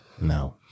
No